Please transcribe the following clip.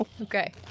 Okay